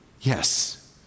Yes